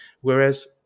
Whereas